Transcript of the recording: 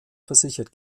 versichert